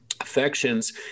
affections